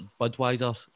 Budweiser